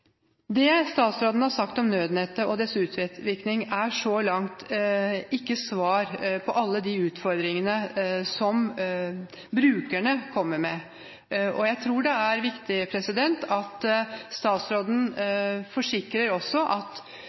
Det statsråden har sagt om nødnettet og dets utvikling, er så langt ikke svar på alle de utfordringene som brukerne kommer med. Jeg tror det er viktig at statsråden forsikrer at